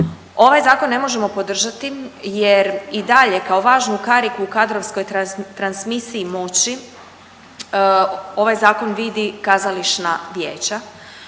ovaj zakon ne možemo podržati jer i dalje kao važnu kariku kadrovskoj transmisiji moći ovaj zakon vidi kazališna vijeća.